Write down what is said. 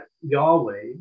Yahweh